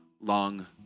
long